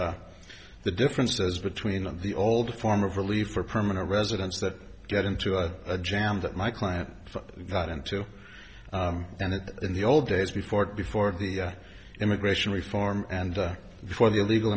of the differences between the old form of relief for permanent residents that get into a jam that my client got into and in the old days before it before the immigration reform and before the illegal